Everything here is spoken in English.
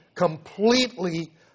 completely